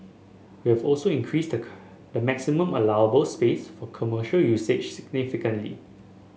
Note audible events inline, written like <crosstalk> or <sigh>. we have also increased <unintelligible> the maximum allowable space for commercial usage significantly